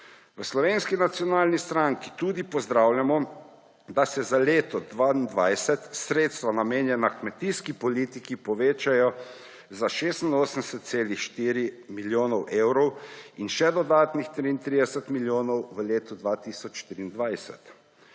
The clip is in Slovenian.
V Slovenski nacionalni stranki tudi pozdravljamo, da se za leto 2022 sredstva, namenjena kmetijski politiki, povečajo za 86,4 milijona evrov in še dodatnih 33 milijonov v letu 2023.